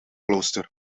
klooster